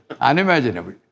Unimaginable